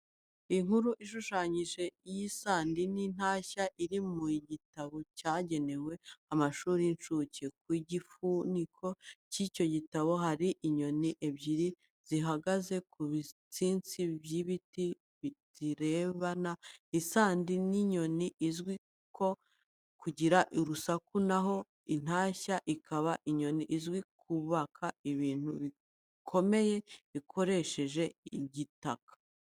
Inkuru ishushanyije y'isandi n'intashya iri mu gitabo cyagenewe amashuri y'incuke. Ku gifuniko cy'icyo gitabo hariho inyoni ebyiri zihagaze ku bitsinsi by'ibiti zirebana. Isandi ni inyoni izwiho kugira urusaku na ho intashya ikaba inyoni izwi mu kubaka ibintu bikomeye ikoresheje igitaka.